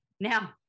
Now